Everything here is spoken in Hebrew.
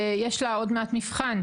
יש לה עוד מעט מבחן,